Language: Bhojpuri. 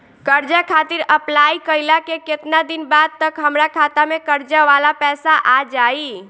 कर्जा खातिर अप्लाई कईला के केतना दिन बाद तक हमरा खाता मे कर्जा वाला पैसा आ जायी?